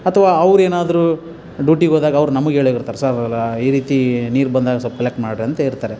ಅಥವಾ ಅವ್ರು ಏನಾದರು ಡ್ಯೂಟಿಗೆ ಹೋದಾಗ ಅವ್ರು ನಮಗೆ ಹೇಳೋಗಿರ್ತಾರ್ ಸರ್ ಈ ರೀತಿ ನೀರು ಬಂದಾಗ ಸ್ವಲ್ಪ ಕಲೆಕ್ಟ್ ಮಾಡ್ರಿ ಅಂತೇಳಿರ್ತಾರೆ